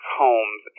homes